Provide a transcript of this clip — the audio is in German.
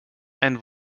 ein